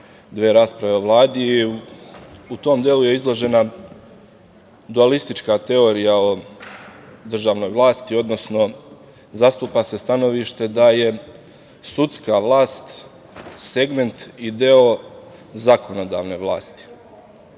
„Dve rasprave o vladi“. U tom delu je izložena dualistička teorija o državnoj vlasti, odnosno zastupa se stanovište da je sudska vlast segment i deo zakonodavne vlasti